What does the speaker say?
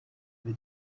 kuri